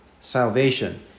salvation